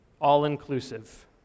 All-inclusive